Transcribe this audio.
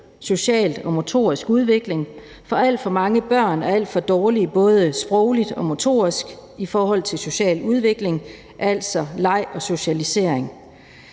social og motorisk udvikling, for alt for mange børn er alt for dårlige både sprogligt og motorisk i forhold til social udvikling, altså leg og socialisering.